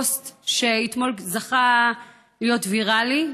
פוסט שאתמול זכה להיות ויראלי,